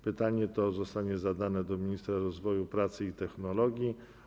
Pytanie to zostanie zadane ministrowi rozwoju, pracy i technologii.